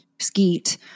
Skeet